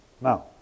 Now